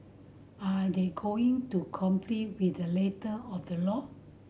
are they going to comply with a letter of the law